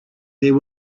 there